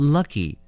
Lucky